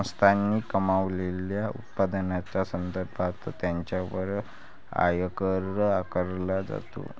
संस्थांनी कमावलेल्या उत्पन्नाच्या संदर्भात त्यांच्यावर आयकर आकारला जातो